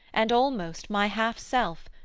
and almost my half-self,